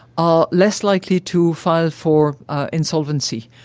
are less likely to file for insolvency,